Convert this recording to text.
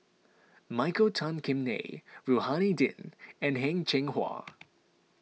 Michael Tan Kim Nei Rohani Din and Heng Cheng Hwa